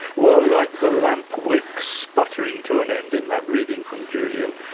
well like the lamp wick sputtering to an end in that reading from julian,